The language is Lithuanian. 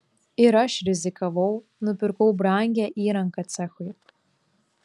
ir aš rizikavau nupirkau brangią įrangą cechui